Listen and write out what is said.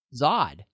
Zod